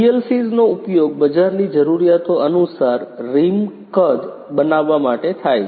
PLCs નો ઉપયોગ બજારની જરૂરીયાતો અનુસાર રિમ કદ વ્યાસ બનાવવા માટે થાય છે